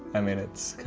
i mean,